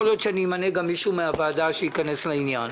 יכול להיות שאני אמנה גם מישהו מן הוועדה שייכנס לעניין,